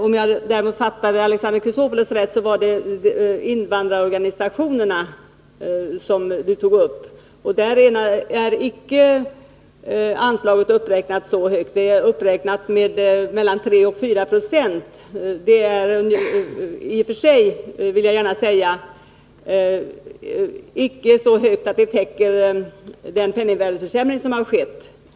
Om jag däremot fattade Alexander Chrisopoulos rätt var det invandrarorganisationerna som denne tog upp. Anslaget till dem är inte uppräknat så mycket. Det är uppräknat med mellan 3 och 4 96, och det är i och för sig inte — vill jag gärna säga — så mycket att det täcker den penningvärdeförsämring som har skett.